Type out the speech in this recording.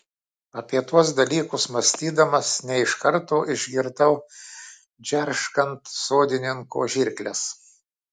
apie tuos dalykus mąstydamas ne iš karto išgirdau džerškant sodininko žirkles